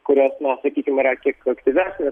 kurios na sakykim yra kiek aktyvesnės